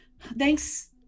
Thanks